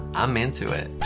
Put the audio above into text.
i'm into it.